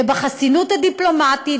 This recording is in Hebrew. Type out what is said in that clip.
ובחסינות הדיפלומטית,